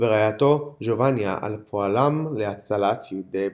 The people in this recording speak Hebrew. ורעייתו ג'ובאנה על פועלם להצלת יהודי בולגריה.